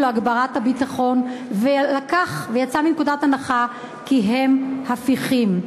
להגברת הביטחון ויצא מנקודת הנחה כי הם הפיכים.